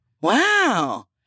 Wow